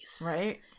right